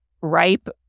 ripe